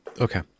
Okay